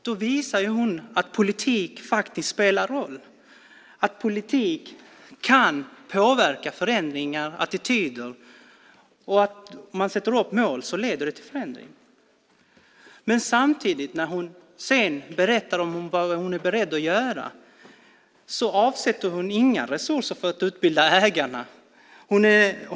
Då visar ju hon att politik faktiskt spelar roll, att politik kan påverka förändringar och attityder och om man sätter upp mål leder det till förändring. Men samtidigt som hon sedan berättar vad hon är beredd att göra avsätter hon inga resurser för att utbilda ägarna.